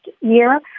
year